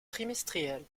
trimestrielle